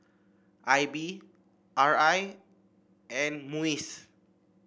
I B R I and MUIS